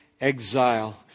exile